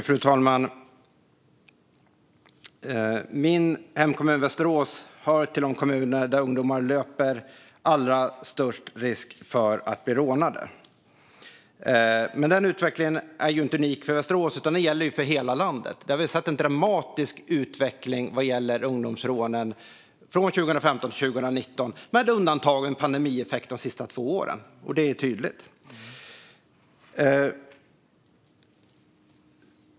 Fru talman! Min hemkommun Västerås hör till de kommuner där ungdomar löper allra störst risk att bli rånade. Men utvecklingen är inte unik för Västerås utan gäller hela landet. Vad gäller ungdomsrånen har vi sett en dramatisk utveckling från 2015 till 2019, med undantag för en pandemieffekt de senaste två åren. Det är tydligt.